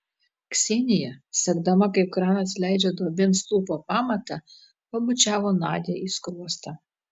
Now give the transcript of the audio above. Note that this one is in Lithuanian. ksenija sekdama kaip kranas leidžia duobėn stulpo pamatą pabučiavo nadią į skruostą